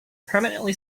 permanently